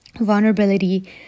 Vulnerability